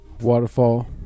Waterfall